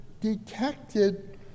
detected